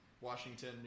Washington